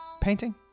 painting